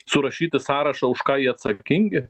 surašyti sąrašą už ką jie atsakingi